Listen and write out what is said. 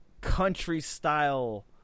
country-style